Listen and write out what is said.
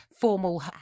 formal